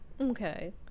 Okay